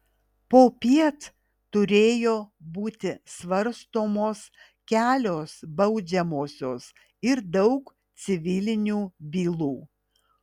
popiet turėjo būti svarstomos kelios baudžiamosios ir daug civilinių bylų